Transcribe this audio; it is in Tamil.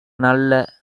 நல்ல